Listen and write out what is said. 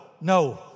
no